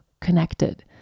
connected